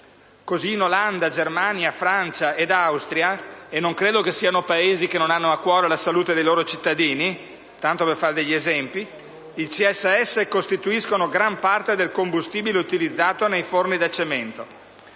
Così in Olanda, Germania, Francia e Austria (e non credo che questi siano Paesi che non hanno a cuore dei loro cittadini), tanto per fare degli esempi, i CSS costituiscono gran parte del combustibile utilizzato nei forni da cemento.